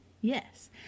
Yes